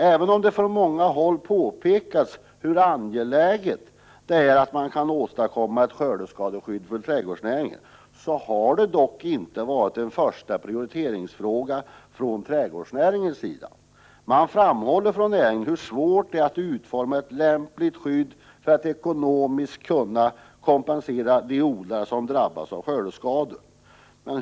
Även om det från många håll har påpekats hur angeläget det är att man kan åstadkomma ett skördeskadeskydd för trädgårdsnäringen, har det inte varit en första prioriteringsfråga från trädgårdsnäringens sida. Man framhåller från näringen hur svårt det är att utforma ett lämpligt skydd för att ekonomiskt kunna kompensera de odlare som drabbas av skördeskador.